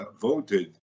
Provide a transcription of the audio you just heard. voted